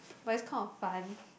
but it's kind of fun